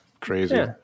crazy